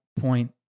point